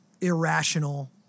irrational